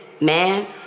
man